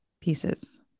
pieces